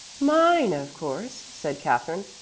mine, of course, said katherine.